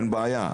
אין בעיה,